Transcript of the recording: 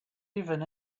even